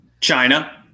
China